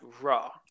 raw